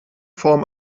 form